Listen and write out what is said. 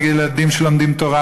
נגד ילדים שלומדים תורה.